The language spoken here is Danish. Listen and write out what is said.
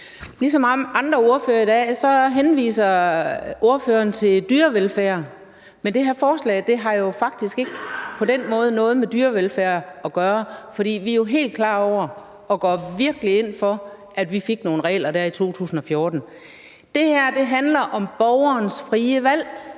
Ligesom andre ordførere i dag henviser ordføreren til dyrevelfærd, men det her forslag har jo faktisk ikke på den måde noget med dyrevelfærd at gøre, for vi er klar over – og det er noget, vi virkelig går ind for – at vi fik nogle regler i 2014. Det her handler om borgerens frie valg.